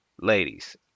Ladies